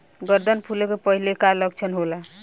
गर्दन फुले के पहिले के का लक्षण होला?